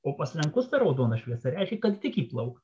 o pas lenkus ta raudona šviesa reiškia kad tik įplaukti